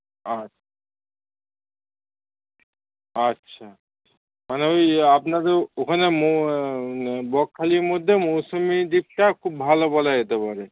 আচ্ছা আচ্ছা মানে ওই আপনাদের ওখানে মৌ বকখালির মধ্যে মৌসুনি দ্বীপটা খুব ভালো বলা যেতে পারে